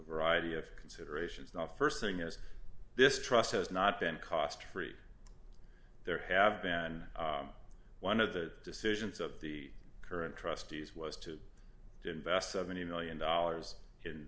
variety of considerations the st thing is this trust has not been cost free there have been and one of the decisions of the current trustees was to invest seventy million dollars